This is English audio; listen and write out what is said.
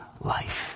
life